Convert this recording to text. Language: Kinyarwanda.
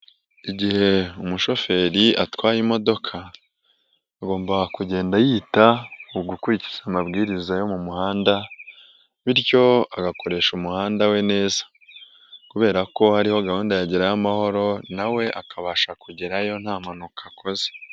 Igihe umushoferi atwaye imodoka agombaga kugenda yita ku gukurikiza amabwiriza yo mu muhanda bityo agakoresha umuhanda we neza kubera ko hariho gahunda yagerayo amahoro na we akabasha kugerayo nta mpanuka akoze.